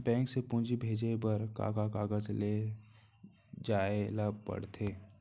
Bank से पूंजी भेजे बर का का कागज ले जाये ल पड़थे?